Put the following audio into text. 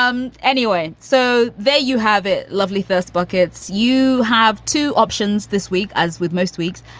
um anyway? so there you have it. lovely. first buckets. you have two options this week. as with most weeks,